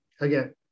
again